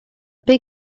big